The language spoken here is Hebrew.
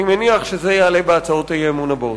אני מניח שזה יעלה בהצעות האי-אמון הבאות.